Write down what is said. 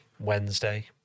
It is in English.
Wednesday